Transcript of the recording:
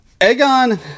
Aegon